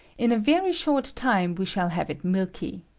in a very short time we shall have it milky